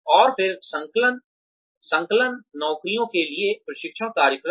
और फिर संकलन नौकरियों के लिए प्रशिक्षण कार्यक्रम